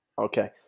Okay